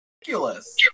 ridiculous